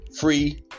Free